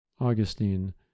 Augustine